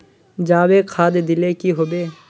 जाबे खाद दिले की होबे?